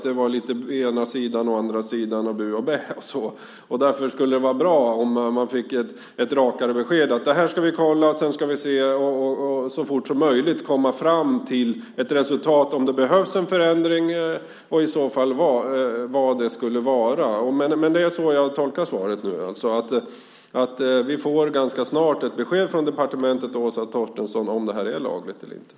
Det var lite å ena sidan, å andra sidan och bu och bä. Därför skulle det vara bra om man fick ett rakare besked om att ni ska kolla det här och sedan så fort som möjligt komma fram till ett resultat om huruvida det behövs en förändring och i så fall vad det skulle vara. Men det är så jag tolkar svaret nu, att vi ganska snart får ett besked från departementet och Åsa Torstensson om det här är lagligt eller inte.